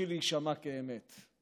מתחיל להישמע כאמת.